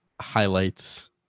highlights